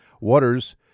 Waters